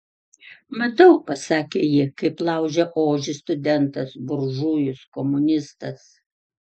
matau pasakė ji kaip laužia ožį studentas buržujus komunistas